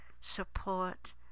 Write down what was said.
support